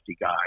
guy